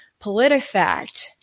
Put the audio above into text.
PolitiFact